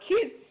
kids